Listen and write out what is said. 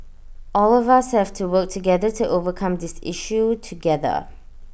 all of us have to work together to overcome this issue together